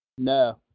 No